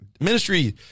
ministry